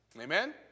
Amen